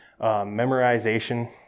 memorization